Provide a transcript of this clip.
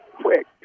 quick